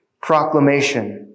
proclamation